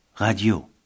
Radio